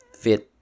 fit